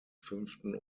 fünften